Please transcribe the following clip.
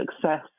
success